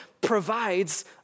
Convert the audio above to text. provides